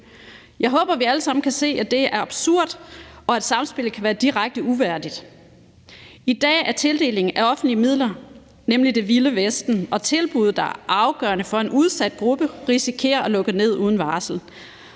Jeg håber, at vi alle sammen kan se, at det er absurd, og at samspillet kan være direkte uværdigt. I dag er tildelingen af offentlige midler nemlig det vilde vesten, og tilbud, der er afgørende for en udsat gruppe, risikerer at lukke ned uden varsel.